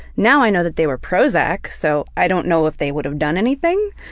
now i know that they were prozac, so i don't know if they would have done anything,